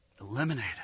eliminate